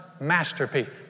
masterpiece